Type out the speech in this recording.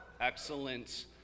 Excellent